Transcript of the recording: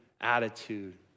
attitude